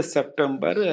September